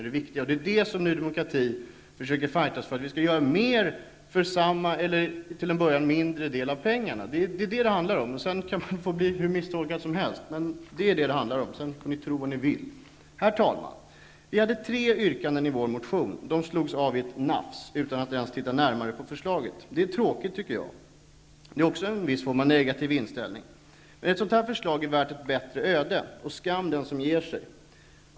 Det är detta som Ny demokrati försöker fightas för, att vi skall göra mer för samma eller till en början mindre pengar. Det är vad det handlar om. Sedan får ni tro vad ni vill. Herr talman! Vi hade tre yrkanden i vår motion. De avstyrktes i ett nafs, utan att utskottet ens tittade närmare på förslaget. Det är också en form av negativ inställning. Det är tråkigt, tycker jag. Ett sådant här förslag är värt ett bättre öde, och skam den som ger sig.